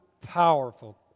powerful